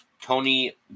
Tony